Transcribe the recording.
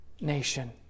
nation